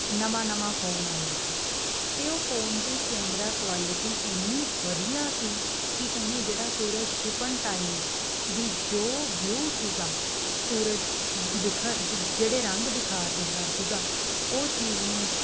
ਨਵਾਂ ਨਵਾਂ ਫ਼ੋਨ ਆਇਆ ਸੀ ਅਤੇ ਉਹ ਫ਼ੋਨ ਦੀ ਕੈਮਰਾ ਕੁਆਲਿਟੀ ਇੰਨੀ ਵਧੀਆ ਸੀ ਕਿ ਉਹਨੇ ਜਿਹੜਾ ਸੂਰਜ ਛਿਪਣ ਟਾਈਮ ਦੀ ਜੋ ਵਿਊ ਸੀਗਾ ਸੂਰਜ ਬਿਖਰ ਜ ਜਿਹੜੇ ਰੰਗ ਬਿਖਾਰ ਰਿਹਾ ਸੀਗਾ ਉਹ ਚੀਜ਼ ਨੂੰ